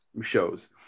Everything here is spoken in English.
shows